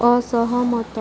ଅସହମତ